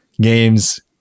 games